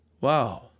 wow